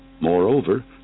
Moreover